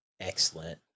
Excellent